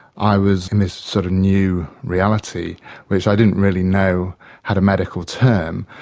i was in this sort of new reality which i didn't really know had a medical term,